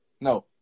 No